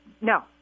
No